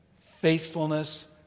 faithfulness